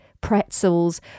pretzels